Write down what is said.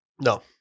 no